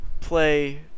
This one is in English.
play